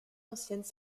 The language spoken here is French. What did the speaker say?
anciennes